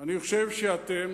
אני חושב שאתם